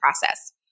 process